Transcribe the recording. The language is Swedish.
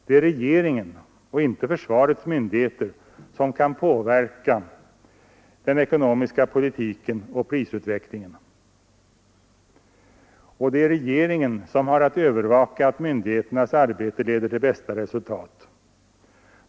Det är regeringen och inte försvarets myndigheter som kan påverka den ekonomiska politiken och prisutvecklingen, och det är regeringen som har att övervaka att myndigheternas arbete leder till bästa resultat.